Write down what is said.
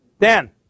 Dan